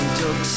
took